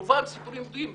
רובם סיפורים בדויים,